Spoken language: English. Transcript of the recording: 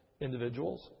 individuals